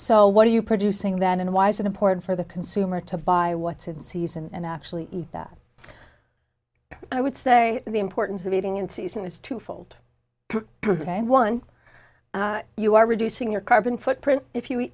so what are you producing that and why is it important for the consumer to buy what's in season and actually eat that i would say the importance of eating in season is twofold one you are reducing your carbon footprint if you eat